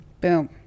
boom